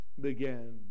began